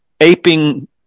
aping